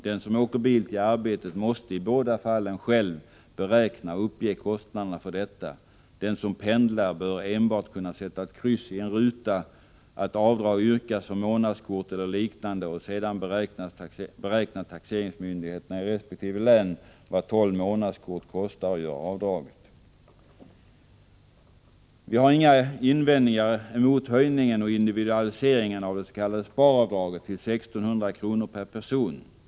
Den som åker bil till arbetet måste i båda fallen själv beräkna och uppge kostnaderna för detta. Den som pendlar bör enbart kunna sätta ett kryss i en ruta att avdrag yrkas för månadskort eller liknande, och sedan beräknar taxeringsmyndigheten i resp. län vad tolv månadskort kostar och gör avdraget. Vi har inga invändningar mot individualiseringen och hö'!ningen av det s.k. sparavdraget till 1 600 kr. per person.